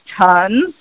tons